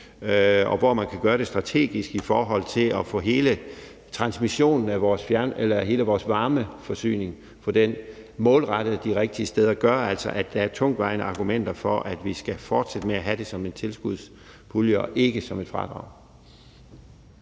og hvor man kan gøre det strategisk i forhold til at få hele varmeforsyningen målrettet de rigtige steder, altså gør, at der er tungtvejende argumenter for, at vi skal fortsætte med at have det som en tilskudspulje og ikke som et fradrag.